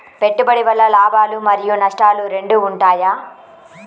పెట్టుబడి వల్ల లాభాలు మరియు నష్టాలు రెండు ఉంటాయా?